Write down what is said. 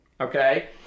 Okay